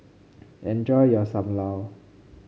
enjoy your Sam Lau